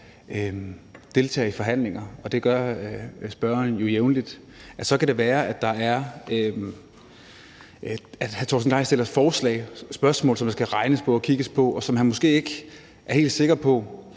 deltager i forhandlinger, og det gør spørgeren jo jævnligt, så kan det være, at hr. Torsten Gejl stiller forslag, spørgsmål, som der skal regnes på og kigges på, og som han måske ikke er helt sikker på,